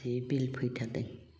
जि bill फैथारदों